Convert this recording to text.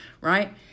Right